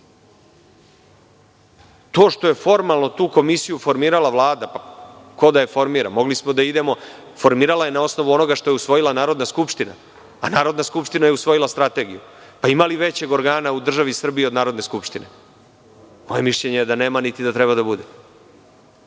To što je formalno tu komisiju formirala Vlada, ko da je formira? Formirala je na osnovu onoga što je usvojila Narodna skupština, a Narodna skupština je usvojila strategiju. Ima li većeg organa u državi Srbiji od Narodne skupštine? Moje mišljenje je da nema, niti da treba da